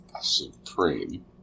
Supreme